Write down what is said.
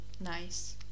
nice